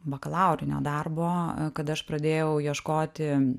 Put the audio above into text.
bakalaurinio darbo kada aš pradėjau ieškoti